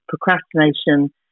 procrastination